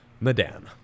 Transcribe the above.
madame